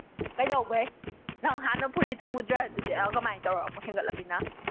ꯀꯩꯗꯧꯕꯩ ꯅꯪ ꯍꯥꯟꯅ ꯐꯨꯔꯤ ꯊꯨꯡꯕꯁꯨ ꯀꯃꯥꯏꯅ ꯇꯧꯔ ꯑꯃꯨꯛ ꯍꯦꯟꯒꯠꯂꯝꯃꯤꯅꯣ